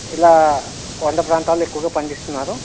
ఇలా కొండ ప్రాంతాలు ఎక్కువగా పండిస్తున్నారు